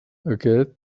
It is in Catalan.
aquest